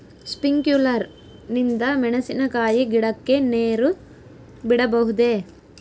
Sprinkler ನಿಂದ ಮೆಣಸಿನಕಾಯಿ ಗಿಡಕ್ಕೆ ನೇರು ಬಿಡಬಹುದೆ?